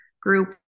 group